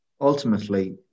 Ultimately